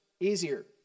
easier